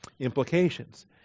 implications